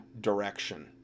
direction